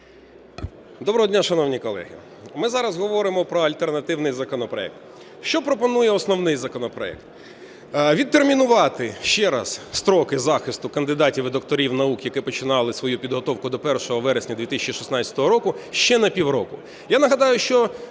Доброго дня, шановні колеги! Ми зараз говоримо про альтернативний законопроект. Що пропонує основний законопроект? Відтермінувати ще раз строки захисту кандидатів і докторів наук, які починали свою підготовку до 1 вересня 2016 року, ще на півроку.